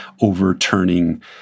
overturning